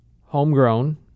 homegrown